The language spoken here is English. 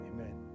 Amen